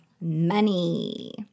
money